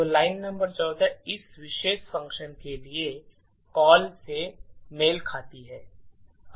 तो line number 14 इस विशेष फ़ंक्शन के लिए कॉल से मेल खाती है